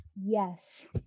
yes